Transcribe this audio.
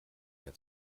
mehr